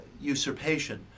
usurpation